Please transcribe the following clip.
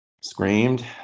screamed